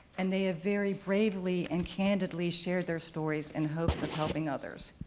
and they have very bravely and candidly shared their stories in hopes of helping others.